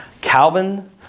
Calvin